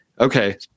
okay